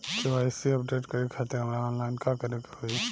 KYC update करे खातिर हमरा ऑनलाइन का करे के होई?